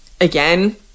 again